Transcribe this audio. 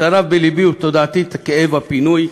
צרב בלבי ובתודעתי את כאב הפינוי.